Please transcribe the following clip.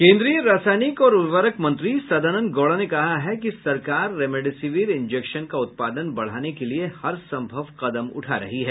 केंद्रीय रसायनिक और उर्वरक मंत्री सदानंद गौड़ा ने कहा कि सरकार रेमडेसिविर इंजेक्शन का उत्पादन बढ़ाने के लिए हरसंभव कदम उठा रही है